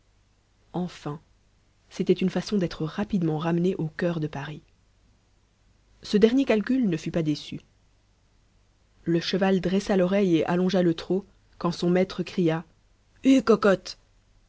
enfin c'était une façon d'être rapidement ramené au cœur de paris ce dernier calcul ne fut pas déçu le cheval dressa l'oreille et allongea le trot quand son maître cria hue cocotte